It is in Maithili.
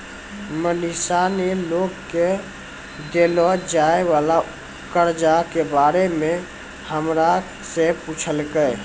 मनीषा ने लोग के देलो जाय वला कर्जा के बारे मे हमरा से पुछलकै